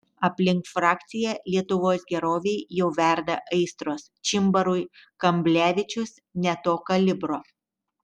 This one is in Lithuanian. aplink frakciją lietuvos gerovei jau verda aistros čimbarui kamblevičius ne to kalibro